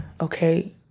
Okay